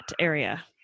area